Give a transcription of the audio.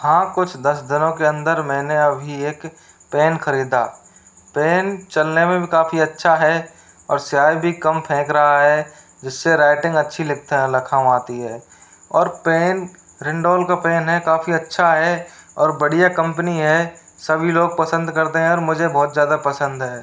हाँ कुछ दस दिनों के अन्दर मैंने अभी एक एक पेन ख़रीदा पेन चलने में भी काफ़ी अच्छा है और स्याही भी कम फेंक रहा है जिससे राइटिंग अच्छी लिखता है लिखाई आती है और पेन रेंडोल का पेन है काफ़ी अच्छा है और बढ़िया कम्पनी है सभी लोग पसंद करते हैं और मुझे बहुत ज़्यादा पसंद है